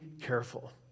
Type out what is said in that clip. careful